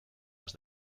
has